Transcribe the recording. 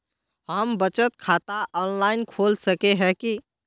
हम बचत खाता ऑनलाइन खोल सके है की?